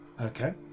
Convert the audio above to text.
Okay